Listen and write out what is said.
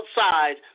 outside